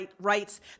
rights